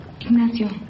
Ignacio